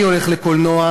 אני הולך לקולנוע,